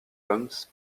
holmes